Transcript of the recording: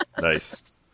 Nice